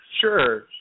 sure